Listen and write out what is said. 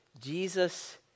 Jesus